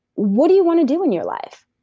what do you want to do in your life?